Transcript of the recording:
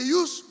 use